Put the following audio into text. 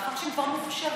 מאחר שהם כבר מוכשרים,